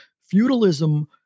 feudalism